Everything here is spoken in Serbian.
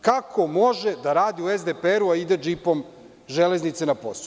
Kako može da radi u SDPR, a ide džipomŽeleznice na posao.